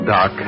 Doc